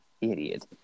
idiot